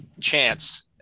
chance